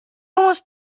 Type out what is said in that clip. almost